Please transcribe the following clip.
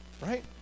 right